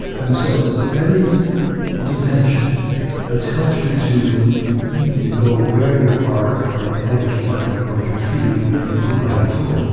and so any intervention that helps you to really know where you are and that you are and what you're feeling would be helpful.